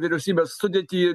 vyriausybės sudėtį